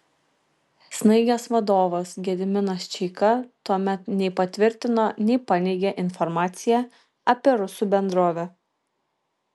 snaigės vadovas gediminas čeika tuomet nei patvirtino nei paneigė informaciją apie rusų bendrovę